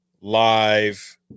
live